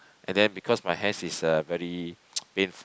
and then because my hands is uh very pain